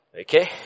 Okay